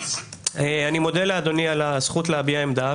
אני מודה לאדוני על הזכות להביע עמדה,